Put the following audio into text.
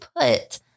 put